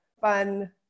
fun